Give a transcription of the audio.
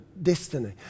Destiny